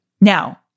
Now